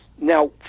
Now